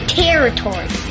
territory